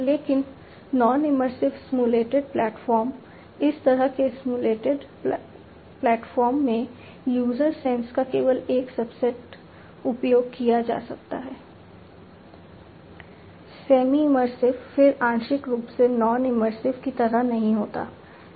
लेकिन non immersive simulated platform इस तरह के सिम्युलेटेड प्लेटफॉर्म में यूजर सेंस का केवल एक सबसेट उपयोग किया जाता है